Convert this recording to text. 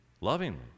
lovingly